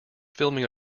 filming